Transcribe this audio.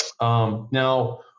Now